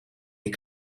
die